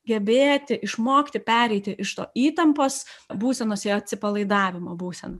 gebėti išmokti pereiti iš to įtampos būsenos į atsipalaidavimo būseną